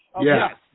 Yes